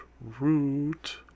Root